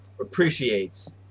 appreciates